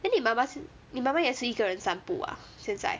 eh 你妈妈现你妈妈也是一个人散步 ah 现在